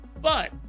But-